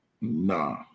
Nah